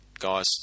Guys